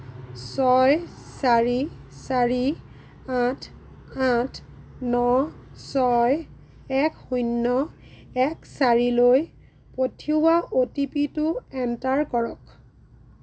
ছয় চাৰি চাৰি আঠ আঠ ন ছয় এক শূণ্য এক চাৰিলৈ পঠিওৱা অ'টিপিটো এণ্টাৰ কৰক